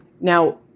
Now